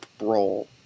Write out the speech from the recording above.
role